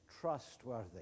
trustworthy